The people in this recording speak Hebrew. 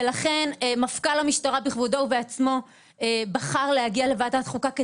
ולכן מפכ"ל המשטרה בכבודו ובעצמו בחר להגיע לוועדת החוקה,